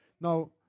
Now